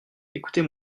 écoutez